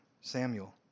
Samuel